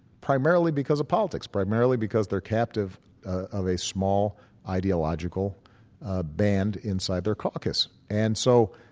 primarily because of politics, primarily because they're captive of a small ideological ah band inside their caucus. and so,